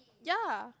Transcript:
ya